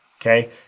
okay